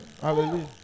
Hallelujah